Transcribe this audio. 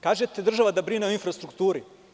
Kažete da država brine o infrastrukturi?